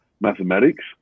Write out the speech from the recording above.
mathematics